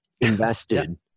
invested